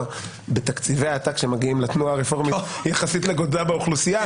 בתקציבי העתק שמגיעים לתנועה הרפורמית יחסית לגודלה באוכלוסייה.